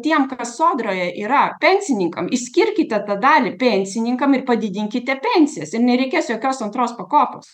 tiems kas sodroje yra pensininkam išskirkite tą dalį pensininkam ir padidinkite pensijas ir nereikės jokios antros pakopos